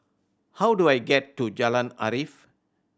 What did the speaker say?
how do I get to Jalan Arif